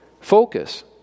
focus